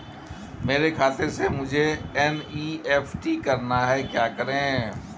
मेरे खाते से मुझे एन.ई.एफ.टी करना है क्या करें?